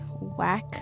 whack